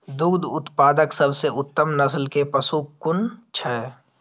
दुग्ध उत्पादक सबसे उत्तम नस्ल के पशु कुन छै?